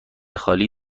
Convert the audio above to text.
خالی